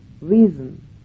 reason